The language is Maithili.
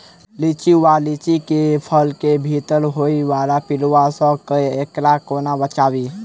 लिच्ची वा लीची केँ फल केँ भीतर होइ वला पिलुआ सऽ एकरा कोना बचाबी?